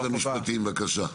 משרד המשפטים, בבקשה.